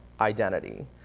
identity